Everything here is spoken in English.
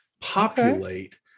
populate